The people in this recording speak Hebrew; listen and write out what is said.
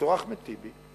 לד"ר אחמד טיבי,